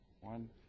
One